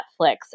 Netflix